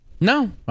No